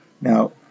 Now